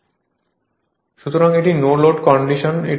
slide সময় পড়ুন 1509 সুতরাং এটি নো লোড কন্ডিশন